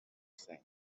thing